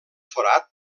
forat